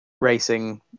racing